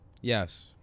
Yes